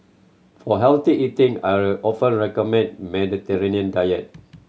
for healthy eating I often recommend Mediterranean diet